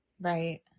right